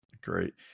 Great